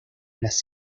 las